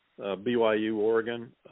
BYU-Oregon